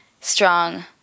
strong